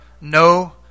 no